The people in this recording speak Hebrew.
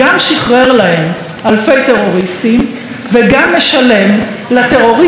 גם שחרר להם אלפי טרוריסטים וגם משלם לטרוריסט